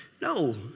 No